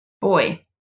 boy